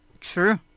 True